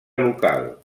local